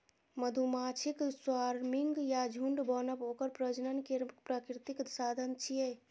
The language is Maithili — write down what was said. मधुमाछीक स्वार्मिंग या झुंड बनब ओकर प्रजनन केर प्राकृतिक साधन छियै